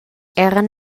eran